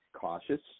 cautious